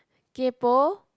kaypo